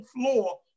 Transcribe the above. floor